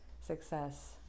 Success